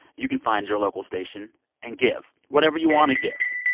you can find your local station and give. whatever you want to give,